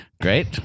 great